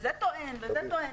שזה טוען וזה טוען.